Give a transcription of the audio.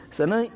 Sana